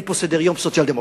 אין פה סדר-יום סוציאל דמוקרטי,